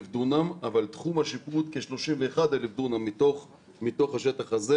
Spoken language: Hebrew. דונם אבל תחום השיפוט כ-31.000 דונם מתוך השטח הזה,